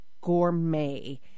gourmet